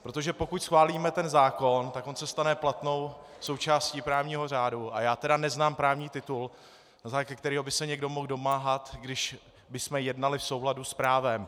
Protože pokud schválíme ten zákon, tak on se stane platnou součástí právního řádu, a já tedy neznám právní titul, ze kterého by se někdo mohl domáhat, když bychom jednali v souladu s právem.